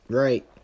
right